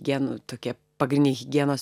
jie nu tokie pagrindiniai higienos